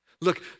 Look